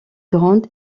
grande